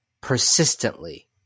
persistently